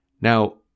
Now